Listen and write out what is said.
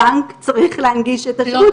הבנק צריך להנגיש את השירות.